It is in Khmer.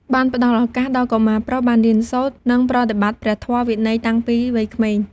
បានផ្ដល់ឱកាសដល់កុមារប្រុសបានរៀនសូត្រ និងប្រតិបត្តិព្រះធម៌វិន័យតាំងពីវ័យក្មេង។